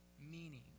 meaning